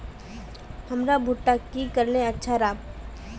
हमर भुट्टा की करले अच्छा राब?